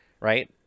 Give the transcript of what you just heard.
right